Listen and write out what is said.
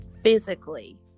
physically